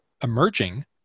emerging